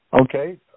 Okay